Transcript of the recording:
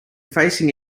facing